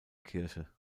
kirche